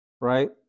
right